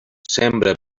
sembra